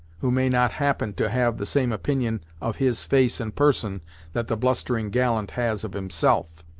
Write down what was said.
who may not happen to have the same opinion of his face and person that the blustering gallant has of himself.